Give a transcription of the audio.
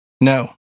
No